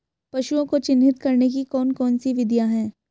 पशुओं को चिन्हित करने की कौन कौन सी विधियां हैं?